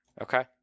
Okay